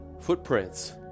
footprints